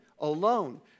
alone